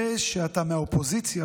זה שאתה מהאופוזיציה,